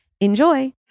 Enjoy